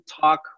Talk